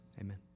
amen